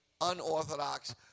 unorthodox